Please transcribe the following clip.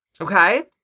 okay